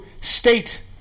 state